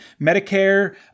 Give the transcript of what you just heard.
Medicare